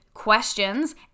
questions